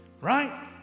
right